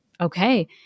okay